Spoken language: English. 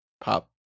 Pop